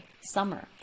summer